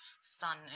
sun